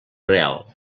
real